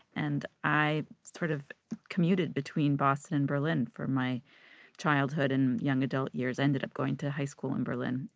and i sort of commuted between boston and berlin for my childhood and young adult years, ended up going to high school in berlin,